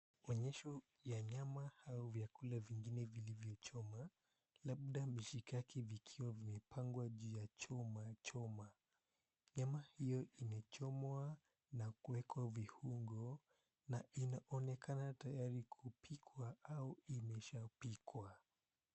Onyesho ya nyama au vyakule vingine vilivyochomwa labda mishikaki vikiwa vimepangwa juu ya chuma choma. Nyama hio imechomwa na kuwekwa viungo na inaonekana tayari kupikwa au imeshapikwa.